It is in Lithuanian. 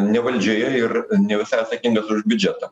ne valdžioje ir ne visai atsakingas už biudžeto